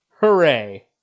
Hooray